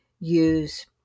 use